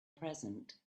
present